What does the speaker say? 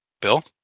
bill